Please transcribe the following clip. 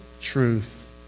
truth